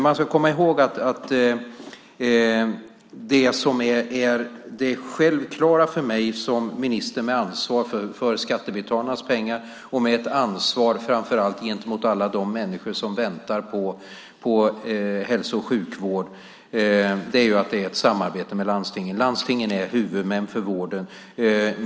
Man ska komma ihåg att det som är självklart för mig som minister med ansvar för skattebetalarnas pengar och med ansvar framför allt gentemot alla de människor som väntar på hälso och sjukvård är att det är ett samarbete med landstingen. Landstingen är huvudmän för vården.